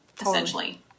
essentially